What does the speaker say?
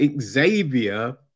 Xavier